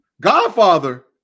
Godfather